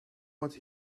what